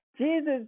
Jesus